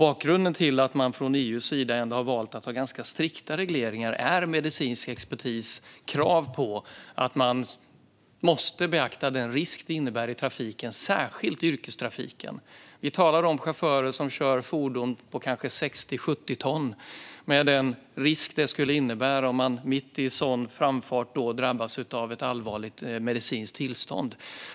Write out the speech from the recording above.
Bakgrunden till att man från EU:s sida har valt att ha ganska strikta regleringar är krav från medicinsk expertis på att man måste beakta den risk som det innebär i trafiken och särskilt i yrkestrafiken. Vi talar om chaufförer som kör fordon på kanske 60-70 ton och den risk det skulle innebära om man mitt i framfarten med ett sådant fordon skulle drabbas av ett allvarligt medicinskt tillstånd.